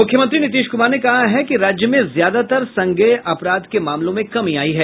मुख्यमंत्री नीतीश कुमार ने कहा है कि राज्य में ज्यादातर संज्ञेय अपराध के मामलों में कमी आयी है